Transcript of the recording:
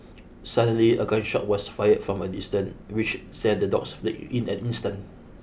suddenly a gun shot was fired from a distance which sent the dogs fleeing in an instant